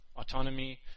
Autonomy